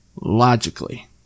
logically